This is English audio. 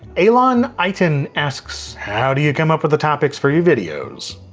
alon eiton asks, how do you come up with the topics for your videos?